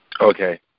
Okay